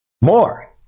More